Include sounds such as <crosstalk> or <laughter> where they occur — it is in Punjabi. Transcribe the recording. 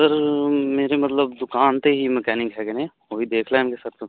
ਸਰ ਮੇਰੇ ਮਤਲਬ ਦੁਕਾਨ 'ਤੇ ਹੀ ਮਕੈਨਿਕ ਹੈਗੇ ਨੇ ਉਹ ਵੀ ਦੇਖ ਲੈਣਗੇ <unintelligible>